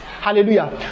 Hallelujah